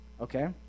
Okay